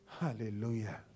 Hallelujah